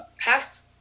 past